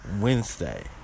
Wednesday